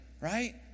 Right